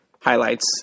highlights